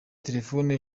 telefone